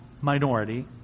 minority